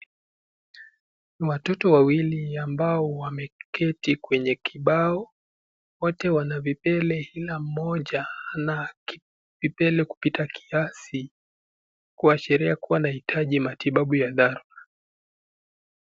Watoto wawili ambao wameketi kwenye kibao. Wote wana vipele ila mmoja ana vipele kupita kiasi, kuashiria anahitaji matibabu ya dharura.